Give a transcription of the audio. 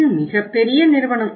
இது மிகப் பெரிய நிறுவனம்